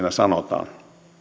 sanotaan